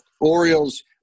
Orioles